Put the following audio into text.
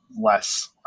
less